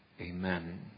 Amen